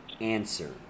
answer